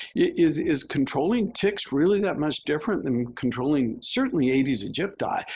is is controlling ticks really that much different than controlling certainly aedes aegypti?